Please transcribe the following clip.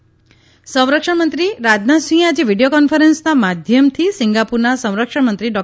Rajnath Singh Singapore સંરક્ષણ મંત્રી રાજનાથસિંહે આજે વિડીયો કોન્ફરન્સના માધ્યમથી સિંગાપુરના સંરક્ષણમંત્રી ડો